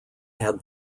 had